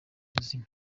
buzima